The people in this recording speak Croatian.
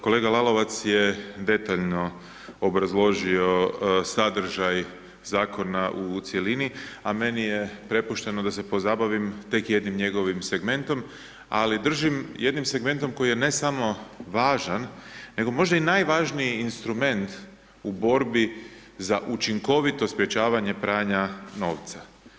Kolega Lalovac je detaljno obrazložio sadržaj zakona u cjelini, a meni je prepušteno da se pozabavim tek jednim njegovim segmentom, ali držim, jednim segmentom koji ne samo da je važan nego možda i najvažniji instrument u borbi za učinkovito sprečavanja pranja novca.